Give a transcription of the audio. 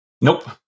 Nope